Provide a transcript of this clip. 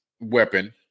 weapon